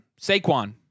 Saquon